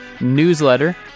newsletter